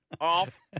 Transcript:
Off